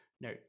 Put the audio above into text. no